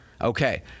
Okay